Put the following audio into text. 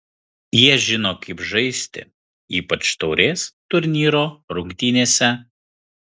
jie žino kaip žaisti ypač taurės turnyro rungtynėse